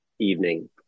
evening